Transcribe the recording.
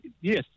yes